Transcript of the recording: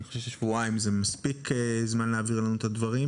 אני חושב ששבועיים זה מספיק זמן כדי להעביר לנו את הדברים.